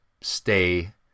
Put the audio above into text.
stay